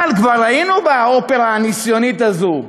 אבל כבר היינו באופרה הניסיונית הזו,